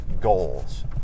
goals